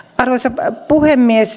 arvoisa puhemies